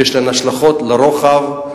שיש להן השלכות לרוחב,